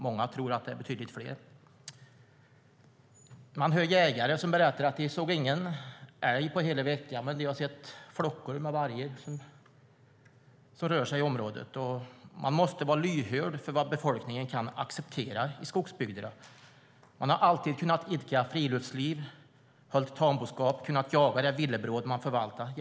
Många tror att det är betydligt fler. Man hör jägare som berättar att de inte såg någon älg på hela veckan men har sett flockar med vargar som rör sig i området. Man måste vara lyhörd för vad befolkningen i skogsbygderna kan acceptera. Man har genom årtiondena kunnat idka friluftsliv, hålla tamboskap och jaga det villebråd man förvaltar.